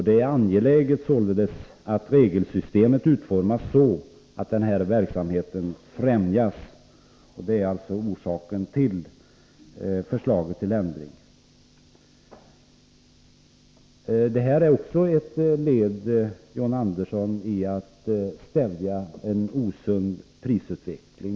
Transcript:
Det är således angeläget att regelsystemet utformas så att denna verksamhet främjas, och detta är orsaken till att utskottet föreslår en lagändring. Detta är, John Andersson, också ett led i strävandena att stävja en osund prisutveckling.